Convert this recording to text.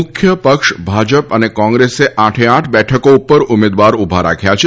મુખ્ય પક્ષ ભાજપ અને કોંગ્રેસે આઠે આઠ બેઠકો પર ઉમેદવાર ઉભા રાખ્ય છે